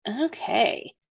Okay